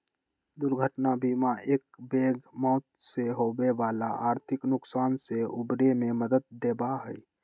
दुर्घटना बीमा एकबैग मौत से होवे वाला आर्थिक नुकसान से उबरे में मदद देवा हई